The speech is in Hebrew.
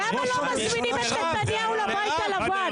הממשלה שלך הוא --- למה לא מזמינים את נתניהו לבית הלבן?